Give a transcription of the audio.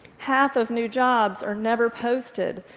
half of new jobs are never posted,